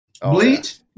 Bleach